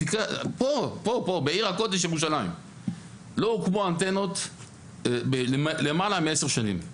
פה בעיר הקודש ירושלים לא הוקמו אנטנות למעלה מעשר שנים.